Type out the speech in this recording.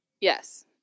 Yes